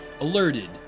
alerted